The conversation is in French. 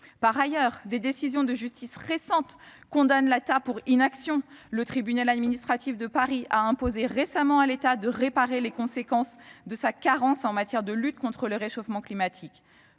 Par ailleurs, des décisions de justice récentes condamnent l'État pour inaction. Le tribunal administratif de Paris lui a imposé récemment de réparer les conséquences de sa carence en matière de lutte contre le réchauffement climatique.